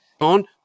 On